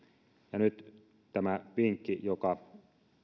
ja nyt tämä vinkki joka